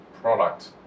product